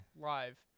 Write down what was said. Live